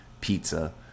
pizza